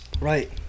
Right